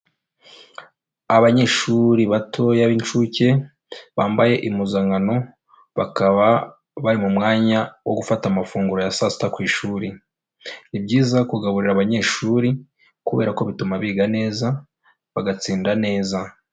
Abanyeshuri batoya b'inshuke bambaye impuzankano, bakaba bari mu mwanya wo gufata amafunguro ya saa sita ku ishuri, ni byiza kugaburira abanyeshuri kubera ko bituma biga neza, bagatsinda neza.